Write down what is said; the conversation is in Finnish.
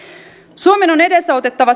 suomen on edesautettava